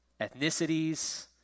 ethnicities